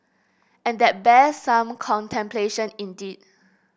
and that bears some contemplation indeed